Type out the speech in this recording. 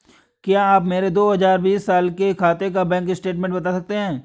क्या आप मेरे दो हजार बीस साल के खाते का बैंक स्टेटमेंट बता सकते हैं?